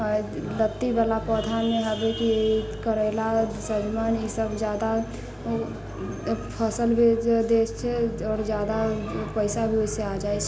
आओर लत्तीवला पौधामे अभी भी करेला सजमनि ईसभ ज्यादा फसल भी दैत छै आओर ज्यादा पैसा भी ओहिसँ आ जाइत छै